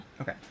Okay